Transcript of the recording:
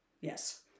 yes